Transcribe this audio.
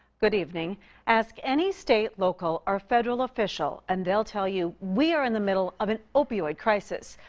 good evening ask any state, local or federal official. and they'll tell you we are in the middle of an opioid crisis.